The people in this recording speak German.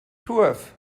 turf